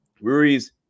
Rui's